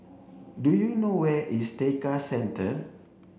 do you know where is Tekka Centre